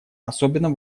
особенно